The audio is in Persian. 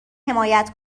حمایت